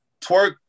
twerk